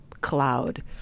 cloud